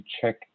check